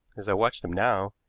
as i watched him now,